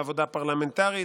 לעבודה פרלמנטרית.